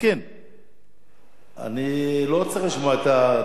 אני לא צריך לשמוע את הדיון הסיעתי שלכם.